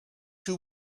two